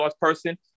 person